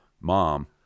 Mom